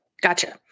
Gotcha